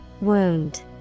Wound